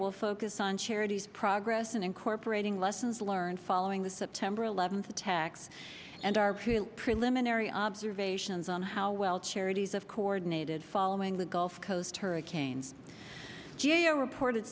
will focus on charities progress and incorporating lessons learned following the september eleventh attacks and our preliminary observations on how well charities of coordinated following the gulf coast hurricane g a o reported